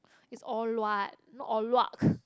it's Or-Luat not Or-Luak